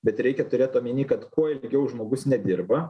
bet reikia turėt omeny kad kuo ilgiau žmogus nedirba